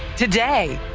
today,